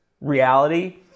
reality